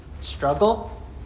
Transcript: struggle